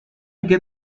get